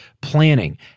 planning